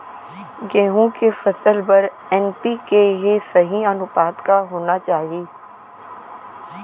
गेहूँ के फसल बर एन.पी.के के सही अनुपात का होना चाही?